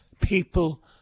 People